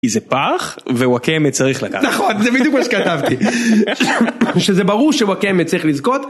איזה פח וואקמה צריך לקחת, נכון זה בדיוק מה שכתבתי, שזה ברור שוואקמה צריך לזכות.